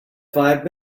five